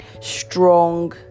strong